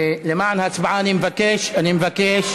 למען ההצבעה אני מבקש